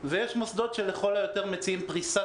ויש מוסדות שלכל היותר מציעים פריסת